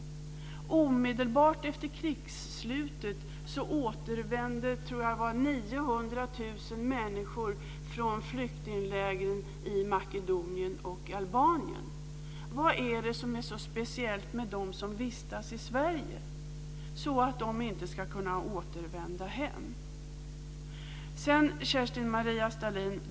Omedelbart efter krigsslutet återvände 900 000 människor från flyktinglägren i Makedonien och Albanien. Vad är det som är så speciellt med dem som vistas i Sverige att de inte ska kunna återvända hem?